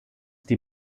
die